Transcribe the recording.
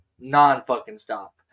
non-fucking-stop